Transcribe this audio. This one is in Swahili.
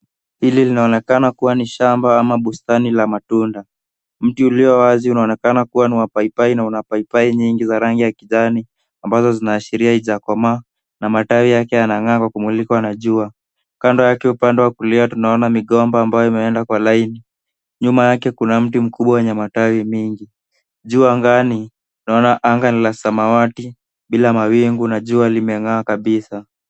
Hili linaonekana kuwa ni shamba au bustani la matunda. Mti mmoja wazi unaonekana kuwa ni paipai na una matunda mengi ya rangi ya kizani. Mikazo yake inaashiria ichakoma, na matawi yake yanapanuka kwa namna inayoonekana. Kandwa yake imepandwa kulia, tukiona mkomba mpawa ukielekea kwa mstari. Nyuma yake kuna mti mkubwa wenye matawi mengi. Juu angani, tunaona anga la samawati, bila mawingu, na jua limeng'aa kabisa.